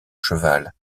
cheval